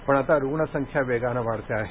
पण आता रुग्णसंख्या वेगाने वाढते आहे